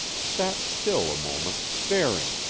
sat still a moment staring,